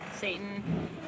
Satan